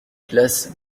glace